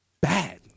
bad